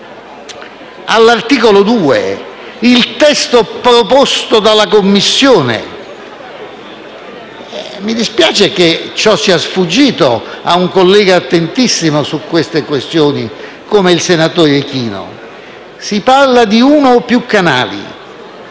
l'articolo 2 del testo proposto dalla Commissione. Mi dispiace che ciò sia sfuggito a un collega attentissimo su queste questioni, come il senatore Ichino. Si parla di «uno o più canali